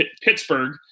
Pittsburgh